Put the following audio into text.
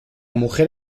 mujer